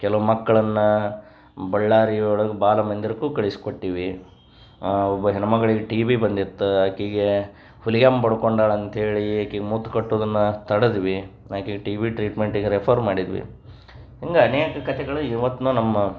ಕೆಲವು ಮಕ್ಳನ್ನು ಬಳ್ಳಾರಿ ಒಳಗೆ ಬಾಲಮಂದಿರಕ್ಕೂ ಕಳಿಸಿಕೊಟ್ಟೀವಿ ಒಬ್ಬ ಹೆಣ್ಣು ಮಗಳಿಗೆ ಟಿ ಬಿ ಬಂದಿತ್ತು ಆಕೆಗೆ ಹುಲಿಯಮ್ಮ ಬಡ್ಕೊಂಡಾಳೆ ಅಂತೇಳಿ ಈಕೆಗ್ ಮುತ್ತು ಕಟ್ಟೋದನ್ನ ತಡೆದ್ವಿ ಆಕೆಗ್ ಟಿ ಬಿ ಟ್ರೀಟ್ಮೆಂಟಿಗೆ ರೆಫರ್ ಮಾಡಿದ್ವಿ ಹಿಂಗೆ ಅನೇಕ ಕಥೆಗಳು ಇವತ್ತೂ ನಮ್ಮ